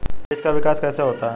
बीज का विकास कैसे होता है?